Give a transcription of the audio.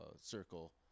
circle